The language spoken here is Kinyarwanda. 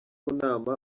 nama